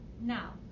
Now